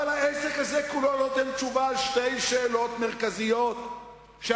אבל העסק הזה כולו נותן תשובה על שתי שאלות מרכזיות שעל-פיהן,